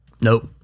Nope